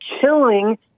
killing